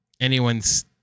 Anyone's